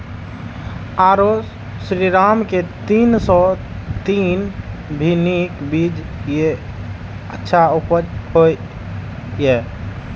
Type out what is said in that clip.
आरो श्रीराम के तीन सौ तीन भी नीक बीज ये अच्छा उपज होय इय?